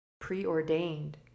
preordained